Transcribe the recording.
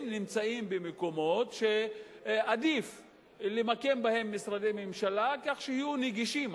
הם נמצאים במקומות שעדיף למקם בהם משרדי ממשלה כך שיהיו נגישים,